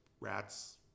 rat's